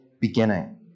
beginning